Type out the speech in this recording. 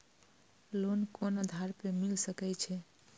Loan कोन आधार पर मिल सके छे?